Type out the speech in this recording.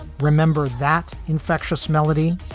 remember that infectious melody?